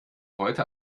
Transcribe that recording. heute